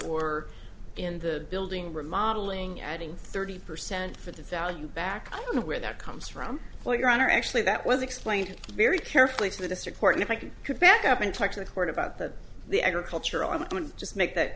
or in the building remodeling adding thirty percent for the value back i don't know where that comes from what your honor actually that was explained very carefully to the district court and if i could could back up and talk to the court about the the agricultural i'm going to just make that